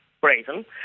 brazen